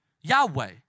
Yahweh